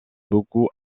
beaucoup